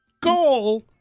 goal